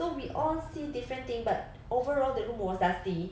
so we all see different things but overall the room was dusty